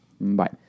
Bye